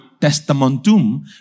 testamentum